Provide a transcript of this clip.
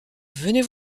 venez